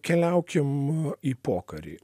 keliaukim į pokarį